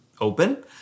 open